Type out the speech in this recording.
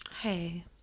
Hey